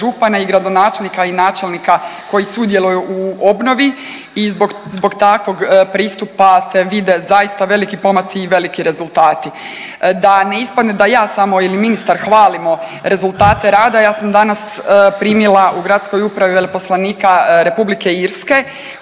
i gradonačelnika i načelnika koji sudjeluju u obnovi. I zbog takvog pristupa se vide zaista veliki pomaci i veliki rezultati. Da ne ispadne da ja samo ili ministar hvalimo rezultate rada ja sam danas primila u gradskoj upravi veleposlanika Republike Irske